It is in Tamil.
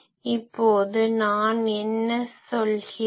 இப்போது நான் என்ன சொல்கிறேன்